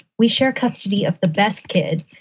we share custody of the best kid.